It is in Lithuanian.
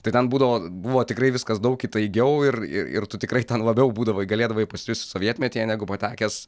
tai ten būdavo buvo tikrai viskas daug įtaigiau ir ir tu tikrai ten labiau būdavai galėdavai pasijusti sovietmetyje negu patekęs